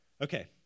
Okay